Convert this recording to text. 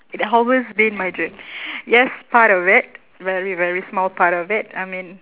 it always been my dream yes part of it very very small part of it I mean